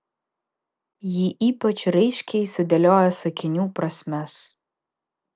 ji ypač raiškiai sudėlioja sakinių prasmes